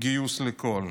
גיוס לכול.